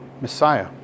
Messiah